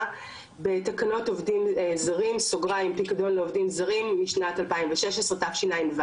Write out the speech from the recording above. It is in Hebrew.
בתקנות עובדים זרים (פיקדון לעובדים זרים משנת 2016 תשע"ו),